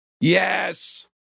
Yes